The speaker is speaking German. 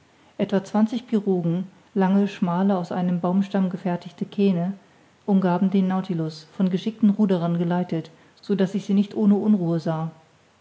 etwa zwanzig pirogen lange schmale aus einem baumstamm gefertigte kähne umgaben den nautilus von geschickten ruderern geleitet so daß ich sie nicht ohne unruhe sah